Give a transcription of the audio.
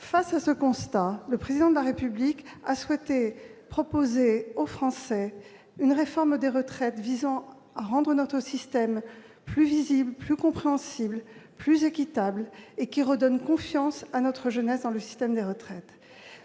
Devant ce constat, le Président de la République a souhaité proposer aux Français une réforme des retraites visant à rendre notre système plus lisible, plus compréhensible, plus équitable et à redonner confiance à notre jeunesse dans le système des retraites.